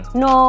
no